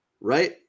right